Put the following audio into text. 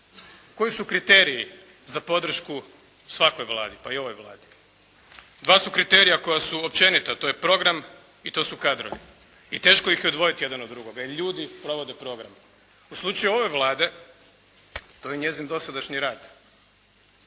Koji su kriteriji za podršku svakoj Vladi, pa i ovoj Vladi? Dva su kriterija koja su općenito, a to je program i to su kadrovi i teško ih je odvojiti jedan od drugoga, ljudi provode program. U slučaju ove Vlade, to je njezin dosadašnji rad,